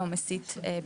או המסית בטיקטוק.